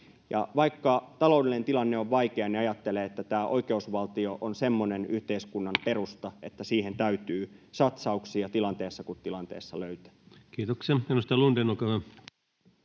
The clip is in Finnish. Vaikka taloudellinen tilanne on vaikea, niin ajattelen, että tämä oikeusvaltio on semmoinen yhteiskunnan perusta, että siihen täytyy satsauksia tilanteessa kuin tilanteessa löytää. [Speech 149] Speaker: